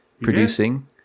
producing